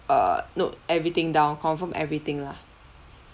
err note everything down confirm everything lah